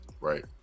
Right